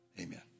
Amen